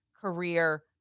career